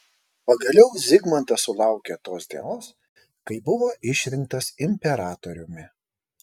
pagaliau zigmantas sulaukė tos dienos kai buvo išrinktas imperatoriumi